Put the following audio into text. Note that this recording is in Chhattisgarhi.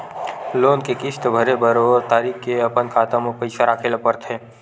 लोन के किस्त भरे बर ओ तारीख के अपन खाता म पइसा राखे ल परथे